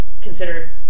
consider